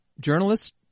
journalists